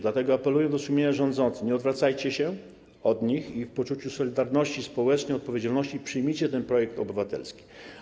Dlatego apeluję do sumienia rządzących: nie odwracajcie się od nich i w poczuciu solidarności społecznej, odpowiedzialności przyjmijcie ten projekt obywatelski.